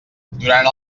durant